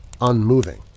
unmoving